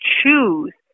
choose